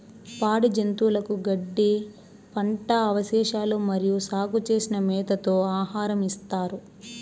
పాడి జంతువులకు గడ్డి, పంట అవశేషాలు మరియు సాగు చేసిన మేతతో ఆహారం ఇస్తారు